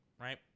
right